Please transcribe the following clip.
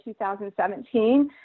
2017